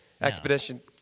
Expedition